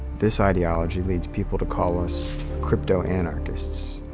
this ideology leads people to call us crypto-anarchists